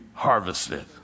Harvested